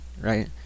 right